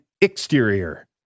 exterior